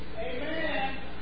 Amen